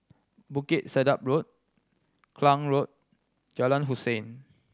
Bukit Sedap Road Klang Road Jalan Hussein